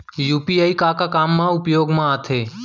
UPI का का काम मा उपयोग मा आथे?